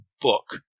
book